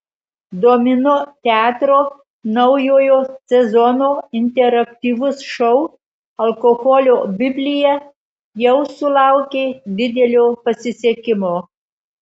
domino teatro naujojo sezono interaktyvus šou alkoholio biblija jau sulaukė didelio pasisekimo